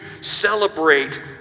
celebrate